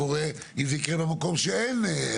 חשוב לציין ש-100 אלף שקלים,